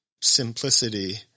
simplicity